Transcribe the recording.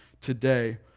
Today